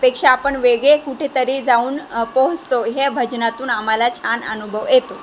पेक्षा आपण वेगळे कुठेतरी जाऊन पोहोचतो हे भजनातून आम्हाला छान अनुभव येतो